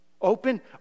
Open